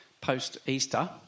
post-Easter